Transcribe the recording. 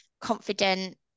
confident